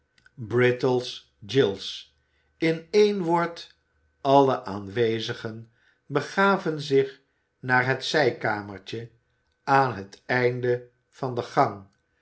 brittles oiles in één woord alle aanwezigen begaven zich naar het zijkamertje aan het einde van de gang